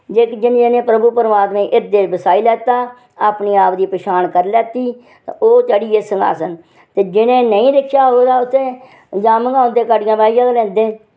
जेह्क जि'नें जि'नें प्रभु परमात्मे ई हिरदे च बसाई लैता अपने आप दी पछान करी लैती ओह् चढ़ियै सिंघासन ते जि'नें नेईं दिक्खेआ होग ते उत्थै जामन औंदे कड़ियां पाइयै ते लेंदे